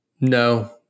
no